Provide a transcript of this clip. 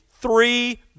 three